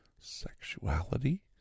sexuality